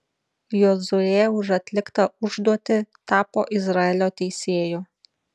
jozuė už atliktą užduotį tapo izraelio teisėju